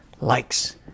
likes